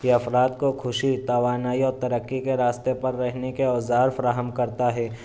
یہ افراد کو خوشی توانائی اور ترقی کے راستے پر رہنے کے اوزار فراہم کرتا ہے